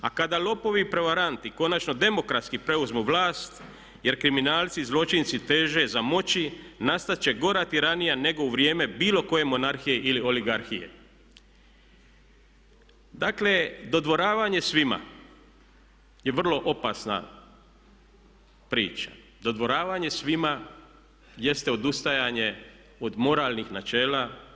A kada lopovi i prevaranti konačno demokrati preuzmu vlast jer kriminalci, zločinci teže za moći, nastat će gora tiranija nego u vrijeme bilo koje monarhije ili oligarhije.“ Dakle dodvoravanje svima je vrlo opasna priča, dodvoravanje svima jeste odustajanje od moralnih načela.